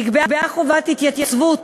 נקבעה חובת התייצבות